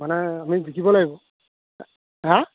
মানে আমি জিকিব লাগিব হা